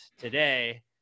today